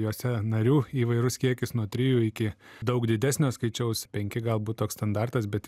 jose narių įvairus kiekis nuo trijų iki daug didesnio skaičiaus penki galbūt toks standartas bet